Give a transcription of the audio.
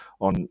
on